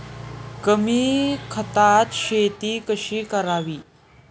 कमी खतात शेती कशी करावी?